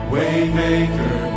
Waymaker